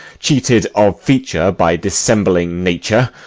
cheated of feature by dissembling nature,